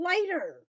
later